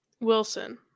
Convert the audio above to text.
wilson